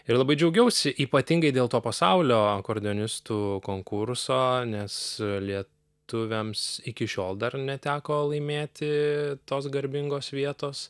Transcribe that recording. ir labai džiaugiausi ypatingai dėl to pasaulio akordeonistų konkurso nes lietuviams iki šiol dar neteko laimėti tos garbingos vietos